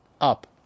up